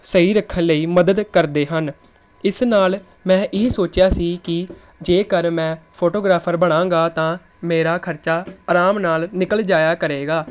ਸਹੀ ਰੱਖਣ ਲਈ ਮਦਦ ਕਰਦੇ ਹਨ ਇਸ ਨਾਲ ਮੈਂ ਇਹ ਸੋਚਿਆ ਸੀ ਕਿ ਜੇਕਰ ਮੈਂ ਫੋਟੋਗ੍ਰਾਫ਼ਰ ਬਣਾਂਗਾ ਤਾਂ ਮੇਰਾ ਖਰਚਾ ਆਰਾਮ ਨਾਲ ਨਿਕਲ ਜਾਇਆ ਕਰੇਗਾ